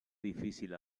difícil